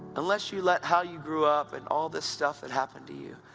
unless you let how you grew up, and all this stuff that happened to you.